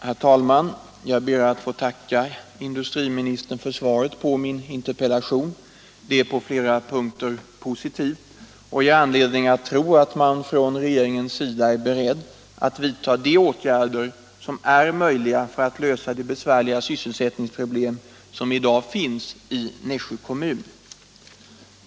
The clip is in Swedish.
Herr talman! Jag ber att få tacka industriministern för svaret på min interpellation. Det är på flera punkter positivt och ger anledning att tro att man från regeringens sida är beredd att vidta de åtgärder som är möjliga för att lösa de besvärliga sysselsättningsproblem som i dag finns i Nässjö kommun.